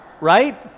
right